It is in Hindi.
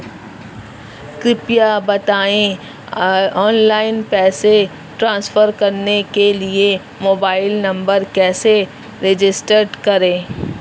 कृपया बताएं ऑनलाइन पैसे ट्रांसफर करने के लिए मोबाइल नंबर कैसे रजिस्टर करें?